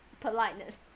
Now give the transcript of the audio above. Politeness